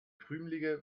krümelige